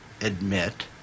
admit